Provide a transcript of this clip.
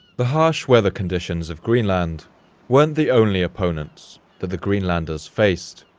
the harsh weather conditions of greenland weren't the only opponents that the greenlanders faced.